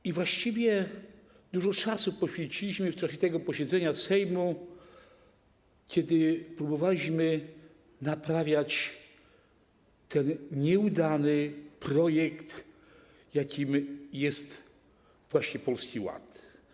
I właściwie dużo czasu poświęciliśmy w czasie tego posiedzenia Sejmu, kiedy próbowaliśmy naprawiać ten nieudany projekt, jakim jest właśnie Polski Ład.